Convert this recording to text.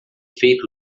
feito